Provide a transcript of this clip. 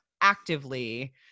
actively